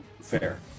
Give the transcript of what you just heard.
Fair